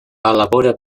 elabora